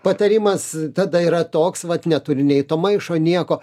patarimas tada yra toks vat neturi nei to maišo nieko